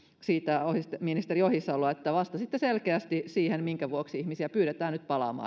siitä ministeri ohisaloa että vastasitte selkeästi siihen minkä vuoksi ihmisiä pyydetään nyt palaamaan